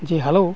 hello